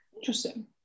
interesting